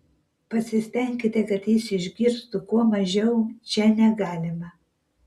pasistenkite kad jis išgirstų kuo mažiau čia negalima